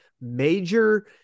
major